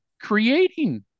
creating